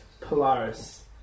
Polaris